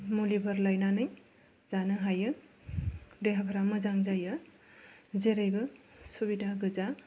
मुलिफोर लाबोनानै जानो हायो देहाफ्रा मोजां जायो जेरैबो सुबिदा गोजा